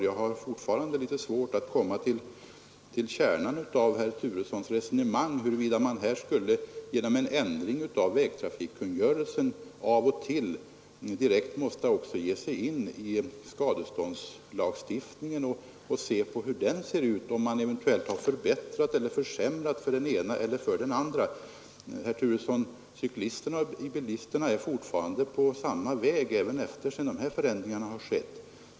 Jag har fortfarande litet svårt att komma till kärnan av herr Turessons resonemang — huruvida man vid ändringar av vägtrafikkungörelsen av och till direkt också skulle behöva se på skadeståndslagstiftningen, om man eventuellt har förbättrat eller försämrat den för den ene eller för den andre. Herr Turesson! Cyklisterna och bilisterna är fortfarande på samma väg efter det att de här förändringarna har skett.